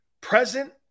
present